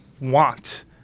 want